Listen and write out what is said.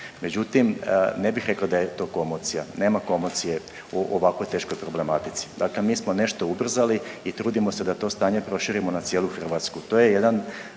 Međutim, ne bih rekao da je to komocija, nema komocije u ovako teškoj problematici. Dakle, mi smo nešto ubrzali i trudimo se da to stanje proširimo na cijelu Hrvatsku.